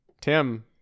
tim